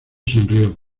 sonrió